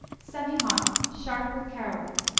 semihard sharp with caraway.